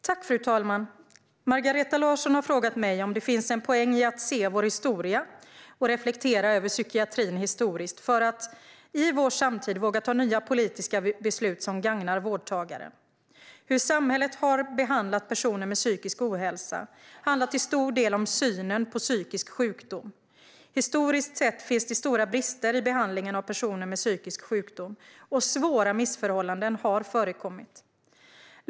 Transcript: Fru talman! Margareta Larsson har frågat mig om det finns en poäng i att se vår historia och reflektera över psykiatrin historiskt för att i vår samtid våga ta nya politiska beslut som gagnar vårdtagaren. Hur samhället har behandlat personer med psykisk ohälsa handlar till stor del om synen på psykisk sjukdom. Historiskt sett finns det stora brister i behandlingen av personer med psykisk sjukdom, och svåra missförhållanden har förekommit.